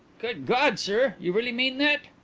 good god, sir! you really mean that?